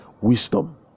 wisdom